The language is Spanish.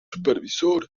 supervisor